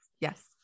Yes